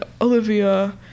olivia